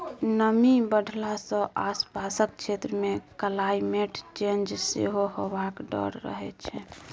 नमी बढ़ला सँ आसपासक क्षेत्र मे क्लाइमेट चेंज सेहो हेबाक डर रहै छै